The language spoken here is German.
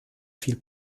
viel